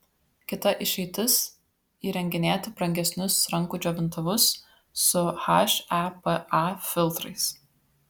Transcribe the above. kita išeitis įrenginėti brangesnius rankų džiovintuvus su hepa filtrais